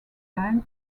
time